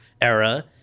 era